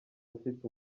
afite